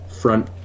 front